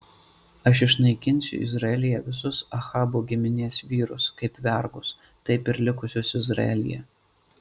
aš išnaikinsiu izraelyje visus ahabo giminės vyrus kaip vergus taip ir likusius izraelyje